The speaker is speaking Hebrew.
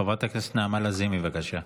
חברת הכנסת נעמה לזימי, בבקשה.